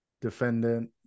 Defendant